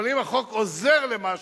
אבל אם החוק עוזר למשהו,